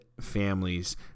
families